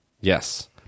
Yes